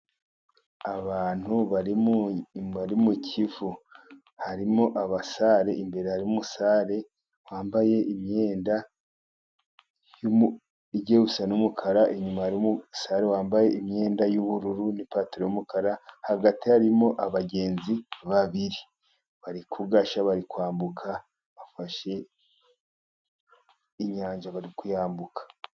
Abantu bari mu kivu, imbere harimo umusare wambaye imyenda igiye gusa n'umukara inyuma hariyo umusare wambaye imyenda y'ubururu n'ipantaro y'umukara, hagati harimo abagenzi babiri bari kugashya bari kwambuka, bafashe inyanja bari kuyambuka.